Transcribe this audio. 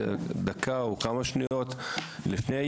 זה דקה או כמה שניות לפני.